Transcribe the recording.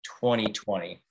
2020